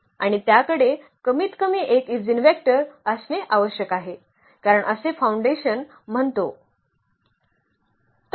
आणि त्याकडे कमीतकमी 1 ईजेनवेक्टर असणे आवश्यक आहे कारण असे फाउंडेशन म्हणतो